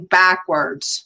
backwards